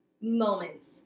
moments